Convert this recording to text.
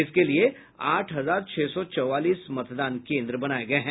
इसके लिये आठ हजार छह सौ चौवालीस मतदान केंद्र बनाये गये हैं